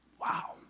Wow